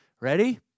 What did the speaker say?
Ready